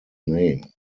name